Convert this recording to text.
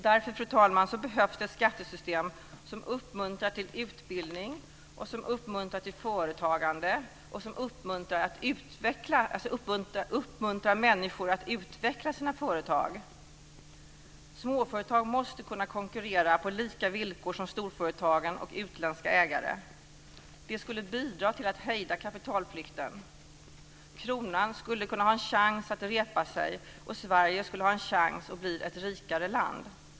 Därför, fru talman, behövs det ett skattesystem som uppmuntrar till utbildning, som uppmuntrar till företagande och som uppmuntrar människor till att utveckla sina företag. Småföretag måste kunna konkurrera på lika villkor som storföretagen och utländska ägare. Det skulle bidra till att hejda kapitalflykten. Kronan skulle kunna ha en chans att repa sig, och Sverige skulle ha en chans att bli ett rikare land.